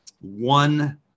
one